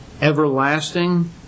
everlasting